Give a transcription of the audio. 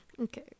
Okay